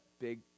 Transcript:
big